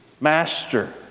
Master